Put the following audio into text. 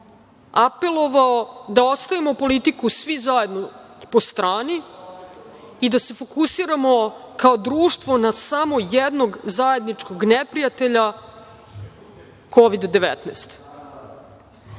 apelovao da ostavimo politiku svi zajedno po strani i da se fokusiramo kao društvo na samo jednog zajedničkog neprijatelja COVID-19.